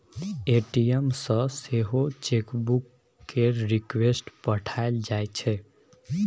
ATM सँ सेहो chequebook केर रिक्वेस्ट पठाएल जाइ छै